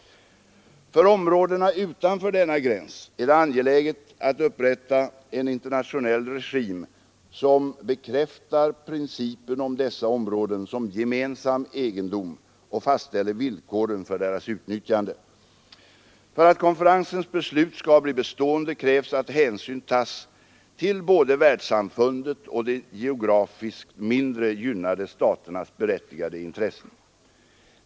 För områdena utanför denna gräns är det angeläget att upprätta en internationell regim som bekräftar principen om dessa områden som gemensam egendom och fastställer villkoren för deras utnyttjande. För att konferensens beslut skall bli bestående krävs att hänsyn tas till både världssamfundets och de geografiskt mindre gynnade staternas berättigade intressen.